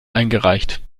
eingereicht